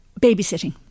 babysitting